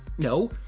no,